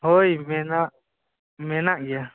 ᱦᱳᱭ ᱢᱮᱱᱟᱜ ᱢᱮᱱᱟᱜ ᱜᱮᱭᱟ